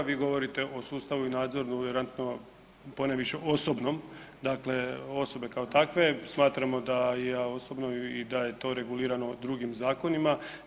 Vi govorite o sustavu i nadzoru vjerojatno ponaviše osobnom, dakle osobe kao takve, smatramo da i ja osobno i da je to regulirano drugim zakonima.